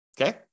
Okay